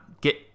get